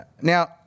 Now